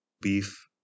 beef